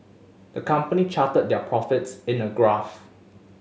the company charted their profits in a graph